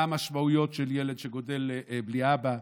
מה המשמעויות של ילד שגדל בלי אבא?